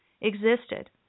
existed